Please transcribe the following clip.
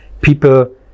People